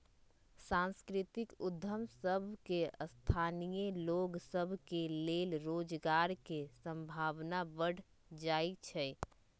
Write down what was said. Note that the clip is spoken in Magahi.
सांस्कृतिक उद्यम सभ में स्थानीय लोग सभ के लेल रोजगार के संभावना बढ़ जाइ छइ